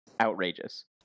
outrageous